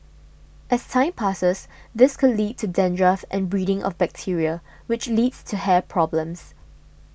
as time passes this could lead to dandruff and breeding of bacteria which leads to hair problems